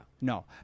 No